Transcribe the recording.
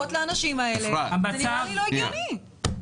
אפשר להתקדם במקביל.